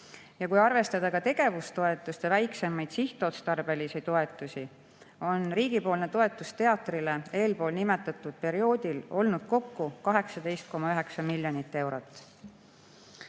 Kui arvestada ka tegevustoetust ja väiksemaid sihtotstarbelisi toetusi, on riigi toetus teatrile eelnimetatud perioodil olnud kokku 18,9 miljonit eurot.